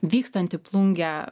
vykstant į plungę